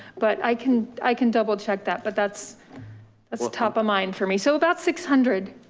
but i can i can double check that, but that's that's top of mind for me. so about six hundred,